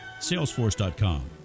salesforce.com